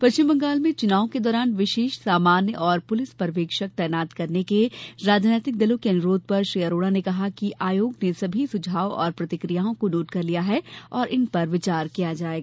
पश्चिम बंगाल में चुनाव के दौरान विशेष सामान्य और पुलिस पर्यवेक्षक तैनात करने के राजनीतिक दलों के अनुरोध पर श्री अरोड़ा ने कहा कि आयोग ने सभी सुझाव और प्रतिक्रियाओं को नोट कर लिया है और इन पर विचार किया जाएगा